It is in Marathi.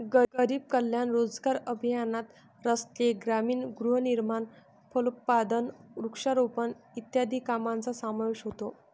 गरीब कल्याण रोजगार अभियानात रस्ते, ग्रामीण गृहनिर्माण, फलोत्पादन, वृक्षारोपण इत्यादी कामांचा समावेश होतो